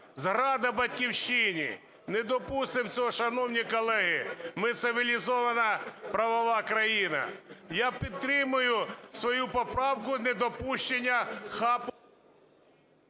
зрада Батьківщини. Не допустимо цього, шановні колеги, ми – цивілізована, правова країна. Я підтримую свою поправку, недопущення…